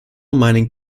mining